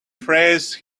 phrase